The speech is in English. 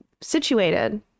situated